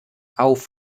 auf